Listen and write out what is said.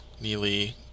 neely